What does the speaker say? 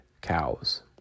cows